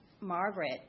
Margaret